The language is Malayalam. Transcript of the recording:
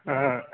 ആ